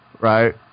right